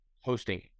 hosting